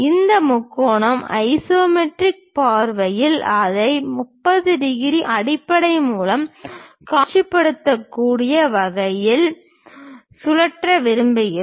இந்த முக்கோணம் ஐசோமெட்ரிக் பார்வையில் அதை 30 டிகிரி அடிப்படை மூலம் காட்சிப்படுத்தக்கூடிய வகையில் சுழற்ற விரும்புகிறோம்